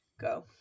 Go